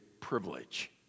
Privilege